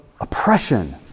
oppression